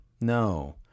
No